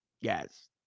yes